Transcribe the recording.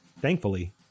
Thankfully